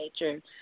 nature